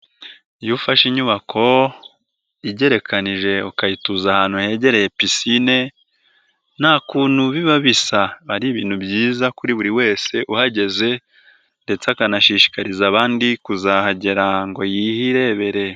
Iyo ufashe inyubako igerekanije ukayituza ahantu hegereye pisine, nta kuntu biba bisa. Aba ari ibintu byiza kuri buri wese uhageze ndetse akanashishikariza abandi kuzahagera ngo yirebereye.